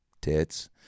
Tits